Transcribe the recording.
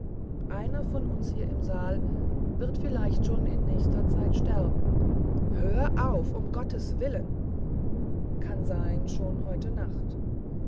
einer von uns hier im saal wird vielleicht schon in nächster zeit sterben hör auf um gottes willen kann sein schon heute nacht